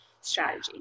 strategy